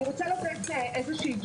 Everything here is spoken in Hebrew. אני רוצה לתת דוגמה,